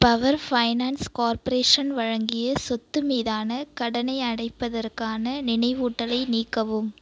power finance corporation வழங்கிய சொத்து மீதான கடனை அடைப்பதற்கான நினைவூட்டலை நீக்கவும்